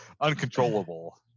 uncontrollable